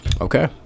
okay